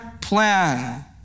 plan